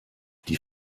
die